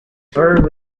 buried